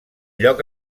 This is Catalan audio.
lloc